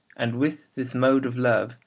and with this mode of love,